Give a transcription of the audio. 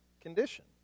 condition